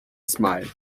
smile